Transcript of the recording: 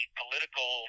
political